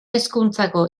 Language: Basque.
hezkuntzako